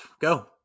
Go